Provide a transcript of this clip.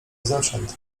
zewsząd